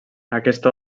aquesta